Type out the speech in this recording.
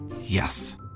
Yes